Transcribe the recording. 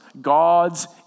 God's